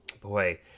Boy